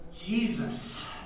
Jesus